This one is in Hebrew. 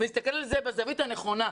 להסתכל על זה בזווית הנכונה,